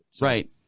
Right